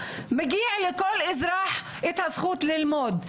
מגיעה לכל אזרח הזכות ללמוד.